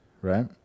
right